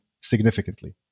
significantly